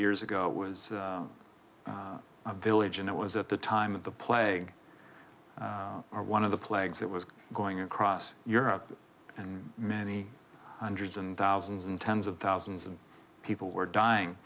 years ago it was a village and it was at the time of the playing or one of the plagues that was going across europe and many hundreds and thousands and tens of thousands of people were dying